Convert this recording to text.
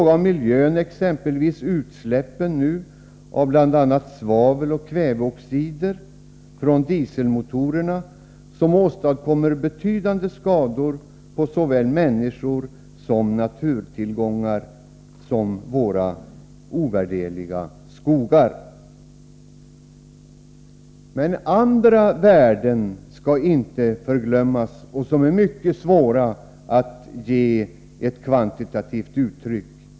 Det gäller exempelvis utsläpp av bl.a. svaveloch kväveoxider från dieselmotorerna som åstadkommer betydande skador på såväl människor som naturtillgångar, t.ex. våra ovärderliga skogar. I fråga om järnvägstrafiken finns även andra värden, som är mycket svåra att uttrycka kvantitativt.